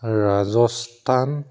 Rajasthan